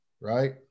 right